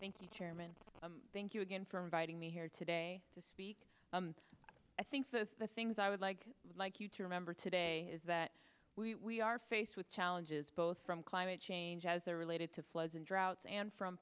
thank you chairman thank you again for inviting me here today to speak i think the things i would like like you to remember today is that we are faced with challenges both from climate change as they're related to floods and droughts and from